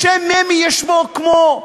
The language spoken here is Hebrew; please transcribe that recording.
השם ממ"י יש בו כמו,